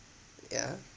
yeah